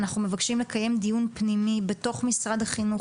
אנחנו מבקשים לקיים דיון פנימי בתוך משרד החינוך